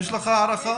יש לך הערכה?